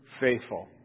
faithful